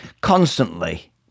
Constantly